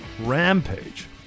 rampage